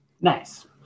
nice